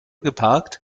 geparkt